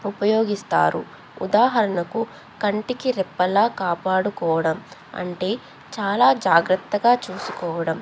ఉపయోగిస్తారు ఉదాహరణకు కంటికి రిప్పలా కాపాడుకోవడం అంటే చాలా జాగ్రత్తగా చూసుకోవడం